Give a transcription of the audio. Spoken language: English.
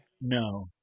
No